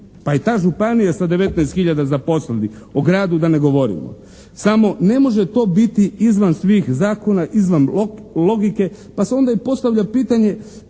pa i ta županija sa 19 hiljada zaposlenih, o gradu da ne govorimo. Samo ne može to biti izvan svih zakona, izvan logike pa se onda i postavlja pitanja